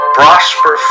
prosper